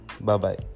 Bye-bye